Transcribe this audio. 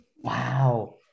wow